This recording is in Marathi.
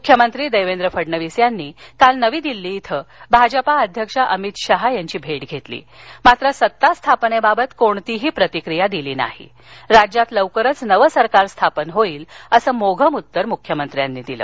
मुख्यमंत्री देवेंद्र फडणवीस यांनी काल नवी दिल्ली इथं भाजपा अध्यक्ष अमित शहा यांची भेट घेतली मात्र सत्ता स्थापनेबाबत कोणताही प्रतिक्रिया दिली नाही राज्यात लवकरच नवं सरकार स्थापन होईल असं मोघम उत्तर मुख्यमंत्र्यांनी दिलं